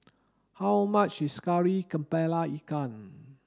how much is Kari Kepala Ikan